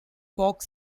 folk